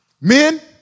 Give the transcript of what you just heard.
men